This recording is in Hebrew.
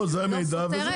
לא סותרת?